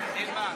סילמן,